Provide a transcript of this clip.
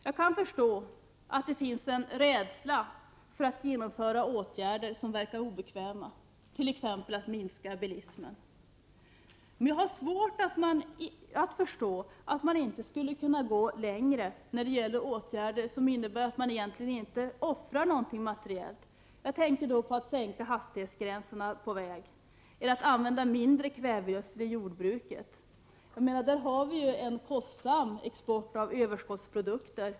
Jag kan förstå att det finns en rädsla för att genomföra åtgärder som verkar obekväma, t.ex. att minska bilismen. Men jag har svårt att förstå att man inte skulle kunna gå längre när det gäller åtgärder som innebär att man egentligen inte offrar något materiellt. Jag tänker då på att minska hastigheterna på väg, att använda mindre kvävegödseli jordbruket. Där har vi ju dessutom en kostsam export av överskottsprodukter.